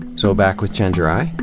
so back with chenjerai,